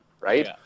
right